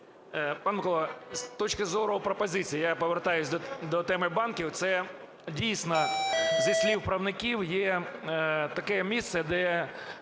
Пане Миколо, з точки зору пропозицій. Я повертаюсь до теми банків. Це, дійсно, зі слів правників, є таке місце, де